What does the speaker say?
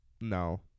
No